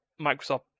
Microsoft